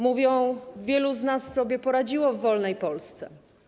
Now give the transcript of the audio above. Mówią: wielu z nas sobie poradziło w wolnej Polsce.